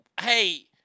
hey